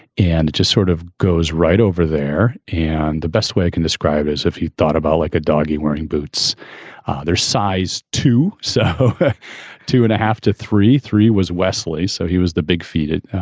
and it just sort of goes right over there. and the best way i can describe is if you thought about like a doggie wearing boots their size two. so two and a half to three. three was wesley. so he was the big foetid,